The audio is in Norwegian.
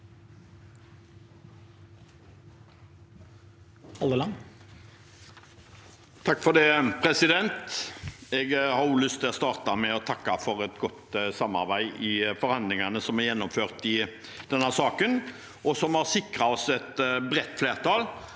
Terje Halleland (FrP) Jeg har også lyst til å starte med å takke for et godt samarbeid i forhandlingene som er gjennomført i denne saken, og som har sikret oss et bredt flertall